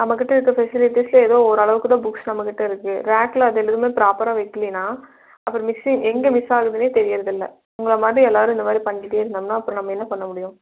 நம்மக்கிட்டே இருக்க ஃபெசிலிட்டிஸில் ஏதோ ஓரளவுக்குத்தான் புக்ஸ் நம்மக்கிட்டே இருக்குது ரேக்கில் அதில் எதையும் ப்ராப்பராக வைக்கிலைன்னா அப்றம் எங்கே மிஸ் ஆகுதுன்னே தெரியறதில்லை உங்களை மாதிரி எல்லோரும் இந்தமாதிரி பண்ணிக்கிட்டே இருந்தோம்ன்னா அப்றம் நம்ம என்ன பண்ணமுடியும்